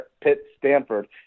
Pitt-Stanford